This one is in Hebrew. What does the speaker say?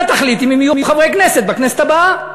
אתה תחליט אם יהיו חברי כנסת בכנסת הבאה.